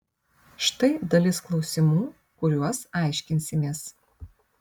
štai dalis klausimų kuriuos aiškinsimės